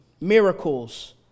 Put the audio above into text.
miracles